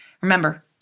Remember